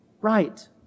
right